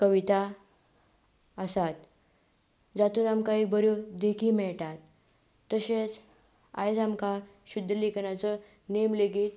कविता आसात जातून आमकां एक बऱ्यो देखी मेळटात तशेंच आयज आमकां शुध्द लेखनाचो नेम लेगीत